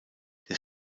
des